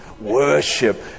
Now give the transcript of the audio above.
Worship